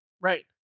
Right